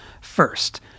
First